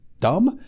dumb